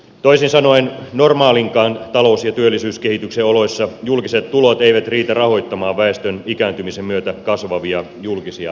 toisin sanoen normaalinkaan talous ja työllisyyskehityksen oloissa julkiset tulot eivät riitä rahoittamaan väestön ikääntymisen myötä kasvavia julkisia menoja